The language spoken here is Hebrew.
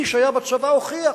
מי שהיה בצבא הוכיח.